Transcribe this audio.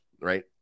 Right